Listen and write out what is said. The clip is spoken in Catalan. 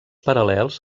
paral·lels